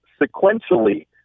sequentially